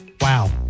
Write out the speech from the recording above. Wow